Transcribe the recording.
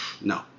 No